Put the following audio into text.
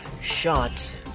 shot